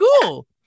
cool